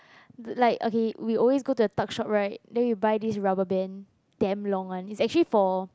like okay we always go to the talk shop right then we buy this rubber band damn long one it's actually for